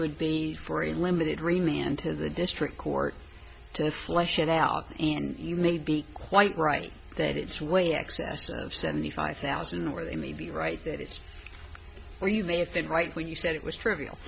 would be very limited renia into the district court to flesh it out and you may be quite right that it's way excess of seventy five thousand where they may be right that it's where you may have been right when you said it was trivial